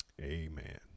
Amen